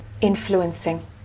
influencing